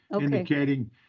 Indicating